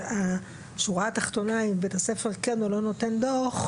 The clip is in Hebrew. השורה התחתונה והשאלה האם בית הספר נותן דוח,